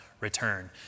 return